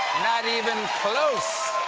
not even close!